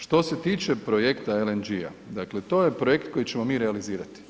Što se tiče projekta LNG-a, dakle to je projekt koji ćemo mi realizirati.